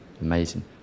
amazing